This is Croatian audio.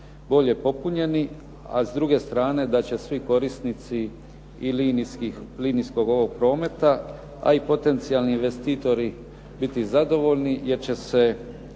bolje popunjeni. A s druge strane da će svi korisnici i linijskog ovog prometa, a i potencijalni investitori biti zadovoljni, jer će se